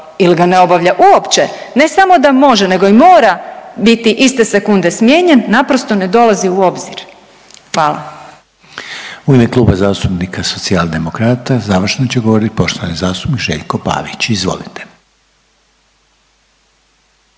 ili ga ne obavlja uopće ne samo da može nego i mora biti iste sekunde smijenjen, naprosto ne dolazi u obzir. Hvala.